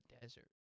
desert